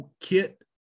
Kit